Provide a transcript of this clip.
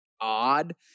odd